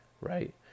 right